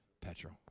Petrol